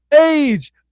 Age